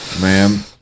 Ma'am